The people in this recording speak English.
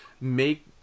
make